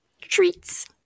Treats